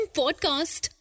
podcast